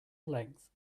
length